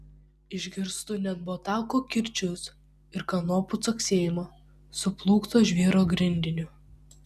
išgirstu net botago kirčius ir kanopų caksėjimą suplūkto žvyro grindiniu